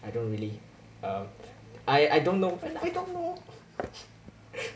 I don't really ah I don't know I don't know